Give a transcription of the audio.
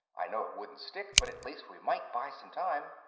i know it wouldn't stick, but at least we might buy some time.